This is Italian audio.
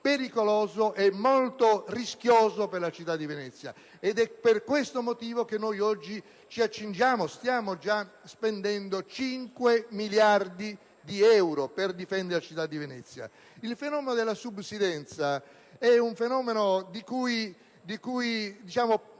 pericoloso, molto rischioso per la città di Venezia. Ed è per questo motivo che oggi lo Stato italiano sta già spendendo 5 miliardi di euro per difendere la città di Venezia. Il fenomeno della subsidenza è poco prevedibile,